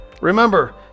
Remember